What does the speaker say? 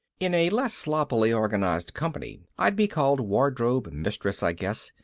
in a less sloppily organized company i'd be called wardrobe mistress, i guess.